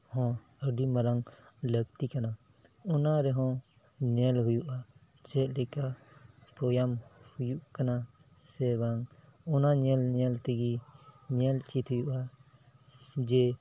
ᱦᱚᱸ ᱟᱹᱰᱤ ᱢᱟᱨᱟᱝ ᱞᱟᱹᱠᱛᱤ ᱠᱟᱱᱟ ᱚᱱᱟ ᱨᱮᱦᱚᱸ ᱧᱮᱞ ᱦᱩᱭᱩᱜᱼᱟ ᱪᱮᱫ ᱞᱮᱠᱟ ᱵᱮᱭᱟᱢ ᱦᱩᱭᱩᱜ ᱠᱟᱱᱟ ᱥᱮ ᱵᱟᱝ ᱚᱱᱟ ᱧᱮᱞ ᱧᱮᱞ ᱛᱮᱜᱮ ᱧᱮᱞ ᱪᱮᱫ ᱦᱩᱭᱩᱜᱼᱟ ᱡᱮ